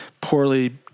poorly